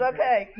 Okay